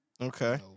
Okay